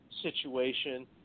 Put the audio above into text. situation